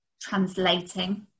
translating